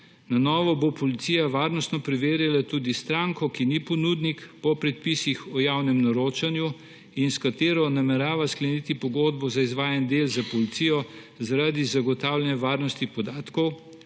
Na novo bo policija varnostno preverjala tudi stranko, ki ni ponudnik po predpisih o javnem naročanju in s katero namerava skleniti pogodbo za izvajanje del s policijo, zaradi zagotavljanja varnosti podatkov,